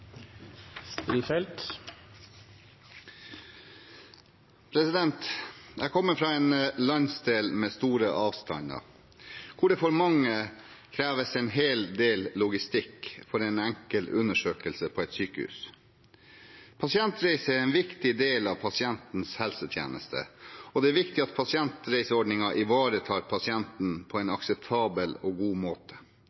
store avstander, hvor det for mange kreves en hel del logistikk for en enkel undersøkelse på et sykehus. Pasientreiser er en viktig del av pasientens helsetjeneste, og det er viktig at pasientreiseordningen ivaretar pasienten på en akseptabel og god måte. I dag er det sånn at pasientreiser må registreres på papir eller på en